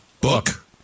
Book